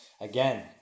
Again